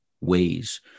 ways